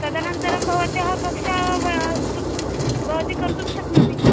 तदनन्तरं भवत्याः कक्षा वा अस्तु भवती कर्तुं शक्नोति